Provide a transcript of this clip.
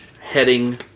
Heading